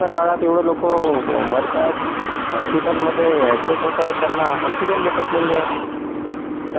पहिलेच कोरोनाच्या काळात एवढे लोकं मरतायत हॉस्पिटलमधे अॅडमिट होतायत त्यांना ऑक्सिजन भेटत नाही आहे